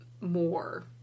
more